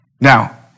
Now